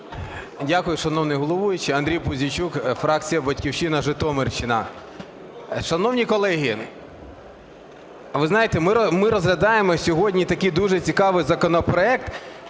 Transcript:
Дякую, шановний головуючий. Андрій Пузійчук, фракція "Батьківщина", Житомирщина. Шановні колеги, ви знаєте, ми розглядаємо сьогодні такий дуже цікавий законопроект.